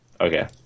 Okay